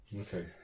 Okay